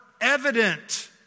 evident